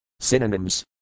Synonyms